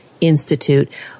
Institute